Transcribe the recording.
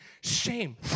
Shame